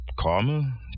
karma